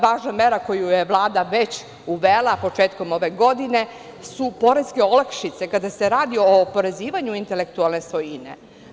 Važna mera koju je Vlada već uvela početkom ove godine su poreske olakšice kada se radi o oporezivanju intelektualne svojine.